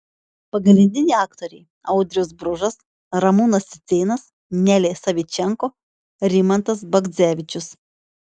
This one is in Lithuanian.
pagrindiniai aktoriai audrius bružas ramūnas cicėnas nelė savičenko rimantas bagdzevičius